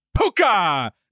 Puka